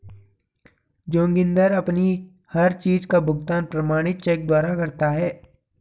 जोगिंदर अपनी हर चीज का भुगतान प्रमाणित चेक द्वारा करता है